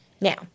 Now